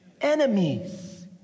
enemies